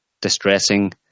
distressing